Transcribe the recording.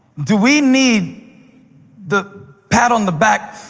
do we need the pat on the back?